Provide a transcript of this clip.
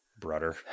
brother